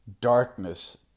darkness